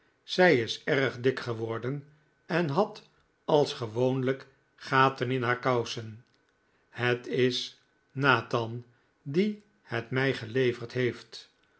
zij is erg dik geworden en had als gewoonlijk gaten in haar kousen het is nathan die het mij geleverd heeft